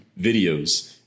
videos